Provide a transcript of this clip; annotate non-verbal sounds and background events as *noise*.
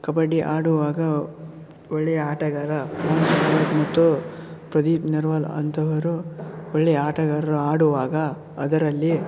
ಕಬಡ್ಡಿ ಆಡುವಾಗ ಒಳ್ಳೆಯ ಆಟಗಾರ *unintelligible* ಮತ್ತು ಪ್ರದೀಪ್ ನೆರ್ವಲ್ ಅಂಥವರು ಒಳ್ಳೆಯ ಆಟಗಾರರು ಆಡುವಾಗ ಅದರಲ್ಲಿ